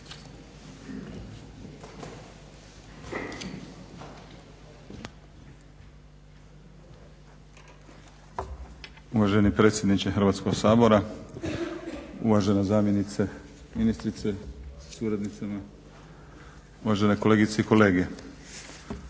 Uvaženi predsjedniče Hrvatskoga sabora, uvažena zamjenice ministrice sa suradnicama, uvažene kolegice i kolege.